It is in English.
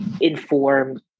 inform